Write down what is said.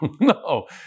No